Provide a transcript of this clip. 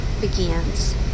begins